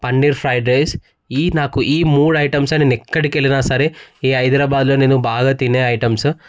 paneer fried rice ఈ నాకు ఈ మూడు ఐటమ్స్ ఏ నేను ఎక్కడికి వెళ్ళినా సరే ఈ హైదరాబాద్లో నేను బాగా తినే ఐటమ్స్